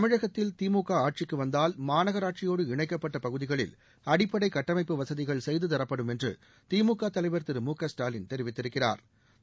தமிழகத்தில் திமுக ஆட்சிக்கு வந்தால் மாநகராட்சியோடு இணைக்கப்பட்ட பகுதிகளில் அடிப்படை கட்டமைப்பு வசதிகள் செய்து தரப்படும் என்று திமுக தலைவர் திரு மு க ஸ்டாலின் தெரிவித்திருக்கிறா்